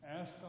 Ask